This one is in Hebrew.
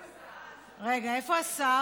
רגע, איפה השר?